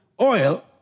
Oil